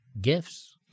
gifts